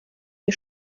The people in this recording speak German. wir